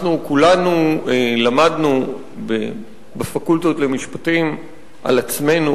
כולנו למדנו בפקולטות למשפטים על עצמנו,